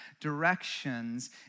directions